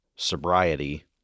sobriety